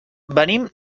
venim